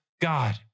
God